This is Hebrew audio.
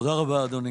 תודה רבה אדוני.